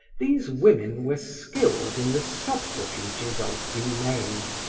these women were skilled in the subterfuges of delay.